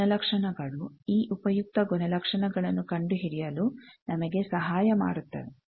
ಈ ಗುಣಲಕ್ಷಣಗಳು ಈ ಉಪಯುಕ್ತ ಗುಣಲಕ್ಷಣಗಳನ್ನು ಕಂಡುಹಿಡಿಯಲು ನಮಗೆ ಸಹಾಯ ಮಾಡುತ್ತವೆ